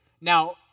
Now